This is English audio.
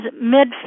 mid